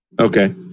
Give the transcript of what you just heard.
okay